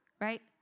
right